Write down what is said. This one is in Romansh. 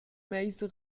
meisa